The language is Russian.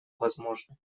возможно